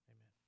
Amen